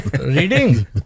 Reading